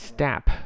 Step